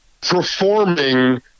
performing